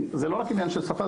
זה לא רק עניין של שפה,